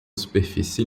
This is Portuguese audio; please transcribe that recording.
superfície